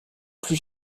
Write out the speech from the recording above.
plus